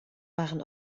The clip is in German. waren